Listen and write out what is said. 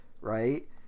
right